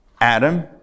Adam